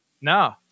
no